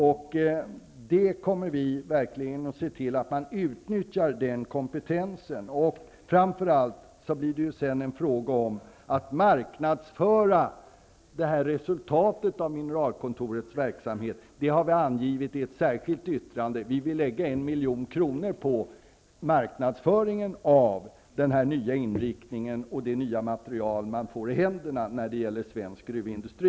Vi kommer verkligen att se till att man utnyttjar den kompetensen. Framför allt blir det sedan en fråga om att marknadsföra resultatet av mineralkontorets verksamhet, vilket vi har angivit i ett särskilt yttrande. Vi vill lägga 1 milj.kr. på marknadsföringen av den nya inriktningen och det nya material som man får i händerna när det gäller svensk gruvindustri.